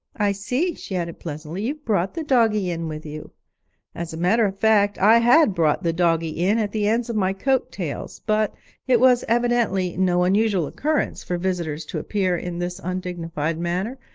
i see she added pleasantly, you've brought the doggie in with you as a matter of fact, i had brought the doggie in at the ends of my coat-tails, but it was evidently no unusual occurrence for visitors to appear in this undignified manner,